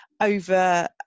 over